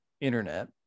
internet